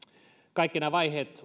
kaikki nämä vaiheet